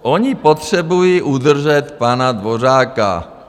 Oni potřebují udržet pana Dvořáka.